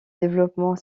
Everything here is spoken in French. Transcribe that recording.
développement